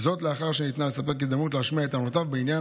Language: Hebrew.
לאחר שניתנה לספק הזדמנות להשמיע את טענותיו בעניין.